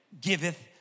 giveth